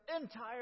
entire